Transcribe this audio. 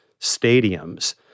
stadiums